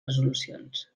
resolucions